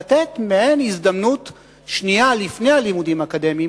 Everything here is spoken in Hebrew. לתת מעין הזדמנות שנייה לפני הלימודים האקדמיים